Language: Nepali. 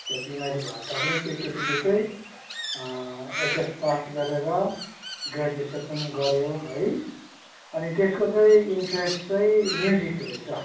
त्यो बिमारी भए तापनि त्यो केटीले चाहिँ एचएस पास गरेर ग्र्याजुएसन पनि गऱ्यो है अनि त्यसको चाहिँ इन्ट्रेस्ट चाहिँ म्युजिक रहेछ